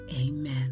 Amen